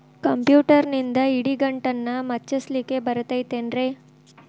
ಕಂಪ್ಯೂಟರ್ನಿಂದ್ ಇಡಿಗಂಟನ್ನ ಮುಚ್ಚಸ್ಲಿಕ್ಕೆ ಬರತೈತೇನ್ರೇ?